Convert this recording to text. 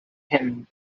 him